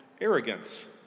arrogance